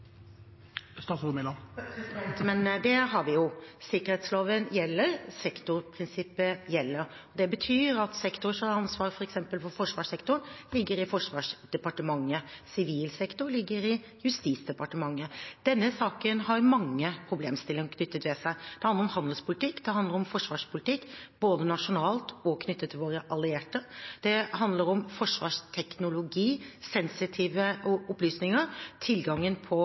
Men det har vi jo. Sikkerhetsloven gjelder, sektorprinsippet gjelder. Det betyr at sektoren som har ansvar for f.eks. forsvarssektoren, ligger i Forsvarsdepartementet. Sivil sektor ligger i Justisdepartementet. Denne saken har mange problemstillinger knyttet til seg. Det handler om handelspolitikk, det handler om forsvarspolitikk både nasjonalt og knyttet til våre allierte, det handler om forsvarsteknologi, tilgangen på sensitive opplysninger,